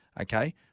Okay